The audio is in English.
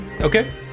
Okay